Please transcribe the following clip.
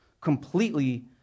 completely